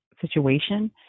situation